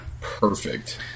perfect